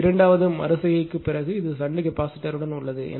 இது இரண்டாவது மறு செய்கைக்குப் பிறகு இது ஷன்ட் கெபாசிட்டர்யுடன் உள்ளது